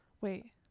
Wait